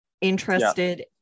interested